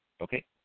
Okay